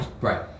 Right